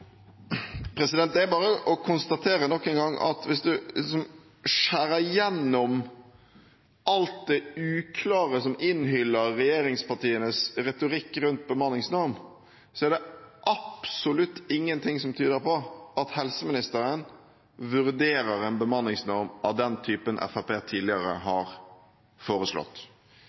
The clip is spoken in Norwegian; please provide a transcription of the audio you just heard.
Det er bare å konstatere nok en gang at hvis du skjærer gjennom alt det uklare som innhyller regjeringspartienes retorikk rundt bemanningsnorm, er det absolutt ingenting som tyder på at helseministeren vurderer en bemanningsnorm av den typen Fremskrittspartiet tidligere